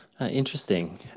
Interesting